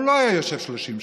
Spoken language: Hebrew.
הוא לא היה יושב 30 שנה,